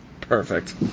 Perfect